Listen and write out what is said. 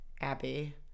Abby